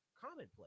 Commonplace